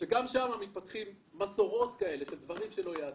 גם שם מתפתחות מסורות כאלה של דברים שלא ייעשו.